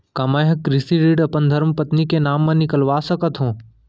का मैं ह कृषि ऋण अपन धर्मपत्नी के नाम मा निकलवा सकथो?